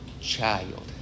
child